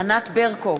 ענת ברקו,